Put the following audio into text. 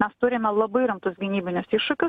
mes turime labai rimtus gynybinius iššūkius